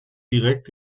direkt